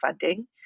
funding